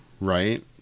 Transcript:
right